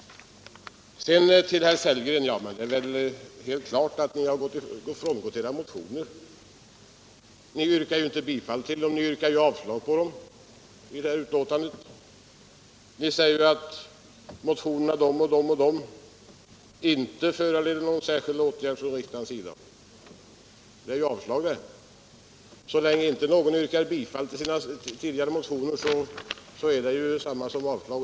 Sedan till herr Sellgren: Ja, men det är väl ändå helt klart att ni har frångått era motioner. Ni yrkar ju inte bifall till dem. Ni yrkar avslag på dem i betänkandet. Ni säger att de och de motionerna inte bör föranleda någon särskild åtgärd från riksdagens sida. Det innebär ju avslag. Så länge inte någon yrkar bifall till sina tidigare motioner är det samma sak som avslag.